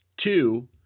two